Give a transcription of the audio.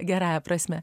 gerąja prasme